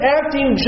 acting